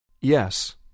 Yes